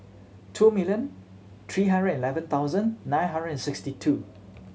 two million three hundred eleven thoudsand nine hundred and sixty two